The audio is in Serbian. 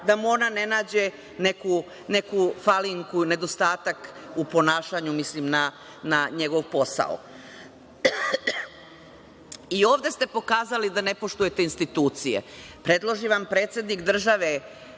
da mu ona ne nađe neku falinku i nedostatak u ponašanju, mislim na njegov posao. I ovde ste pokazali da ne poštujete institucije. Predloži vam predsednik države